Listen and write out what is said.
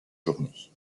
journée